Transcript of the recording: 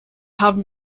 haben